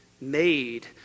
made